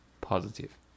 positive